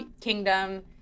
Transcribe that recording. kingdom